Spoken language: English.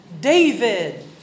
David